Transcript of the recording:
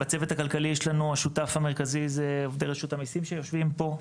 בצוות הכלכלי השותף המרכזי זה עובדי רשות המיסים שיושבים פה.